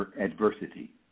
adversity